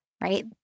right